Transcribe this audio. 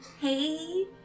Hey